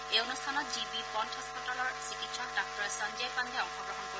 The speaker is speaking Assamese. এই অনুষ্ঠানত জি বি পণ্ট হাস্পতালৰ চিকিৎসক ডাঃ সঞ্জয় পাণ্ডেই অংশগ্ৰহণ কৰিব